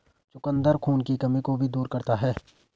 चुकंदर खून की कमी को भी दूर करता है